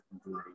group